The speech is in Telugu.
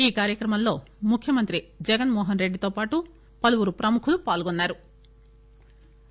ఈ కార్యక్రమంలో ముఖ్యమంత్రి జగస్ మోహన్ రెడ్లి తో పాటు పలువురు ప్రముఖులు పాల్గొన్నారు